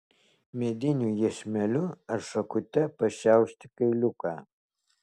mediniu iešmeliu ar šakute pašiaušti kailiuką